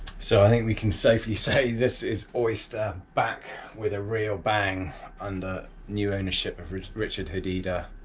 so i think we can safely say this is oyster back with a real bang under new ownership of richard hadida.